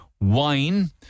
wine